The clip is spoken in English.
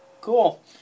Cool